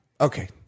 Okay